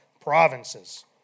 provinces